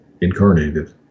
incarnated